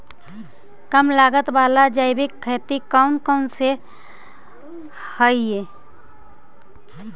कम लागत वाला जैविक खेती कौन कौन से हईय्य?